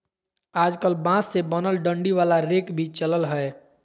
आजकल बांस से बनल डंडी वाला रेक भी चलल हय